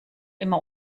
immer